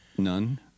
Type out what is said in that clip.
none